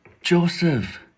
Joseph